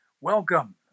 welcome